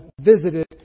visited